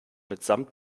mitsamt